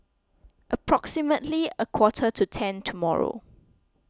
approximately a quarter to ten tomorrow